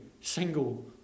Single